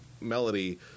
Melody